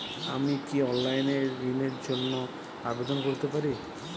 আমি কি অনলাইন এ ঋণ র জন্য আবেদন করতে পারি?